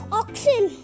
oxen